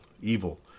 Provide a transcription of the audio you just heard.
evil